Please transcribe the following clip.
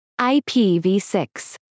IPv6